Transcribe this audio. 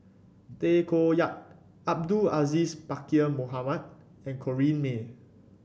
Tay Koh Yat Abdul Aziz Pakkeer Mohamed and Corrinne May